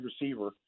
receiver